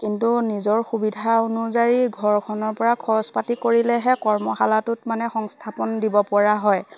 কিন্তু নিজৰ সুবিধা অনুযায়ী ঘৰখনৰ পৰা খৰচ পাতি কৰিলেহে কৰ্মশালাটোত মানে সংস্থাপন দিব পৰা হয়